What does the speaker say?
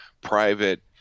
private